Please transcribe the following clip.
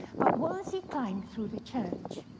but wolsey climbed through the church,